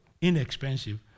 inexpensive